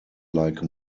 like